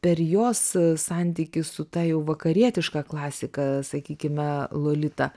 per jos santykį su ta jau vakarietiška klasika sakykime lolita